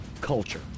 culture